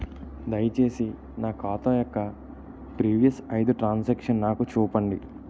దయచేసి నా ఖాతా యొక్క ప్రీవియస్ ఐదు ట్రాన్ సాంక్షన్ నాకు చూపండి